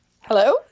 Hello